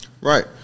Right